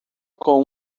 com